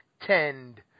tend